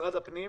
משרד הפנים,